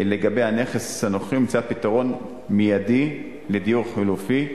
הקיימת לגבי הנכס הנוכחי ומציאות פתרון מיידי לדיור חלופי,